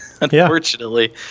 unfortunately